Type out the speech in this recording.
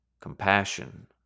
compassion